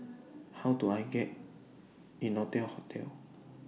How Do I get Innotel Hotel